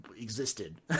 existed